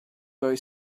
very